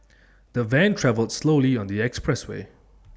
the van travelled slowly on the expressway